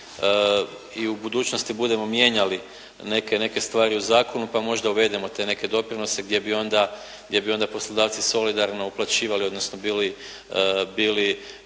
i u budućnosti budemo mijenjali neke stvari u zakonu pa možda uvedemo te neke doprinose gdje bi onda poslodavci solidarno uplaćivali odnosno bili